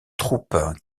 troupes